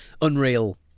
Unreal